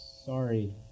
Sorry